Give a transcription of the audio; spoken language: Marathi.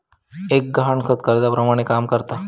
एक गहाणखत कर्जाप्रमाणे काम करता